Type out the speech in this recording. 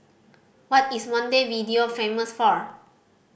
what is Montevideo famous for